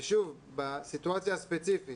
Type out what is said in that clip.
ושוב, בסיטואציה הספציפית